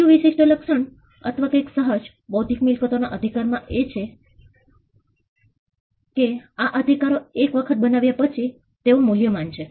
બીજું વિશિષ્ટ લક્ષણ અથવા કંઈક સહજ બૌદ્ધિક મિલકતો ના અધિકાર માં એ છે કે આ અધિકારો એક વખત બનાવ્યા પછી તેઓ મૂલ્યવાન છે